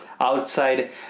Outside